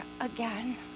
again